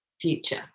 future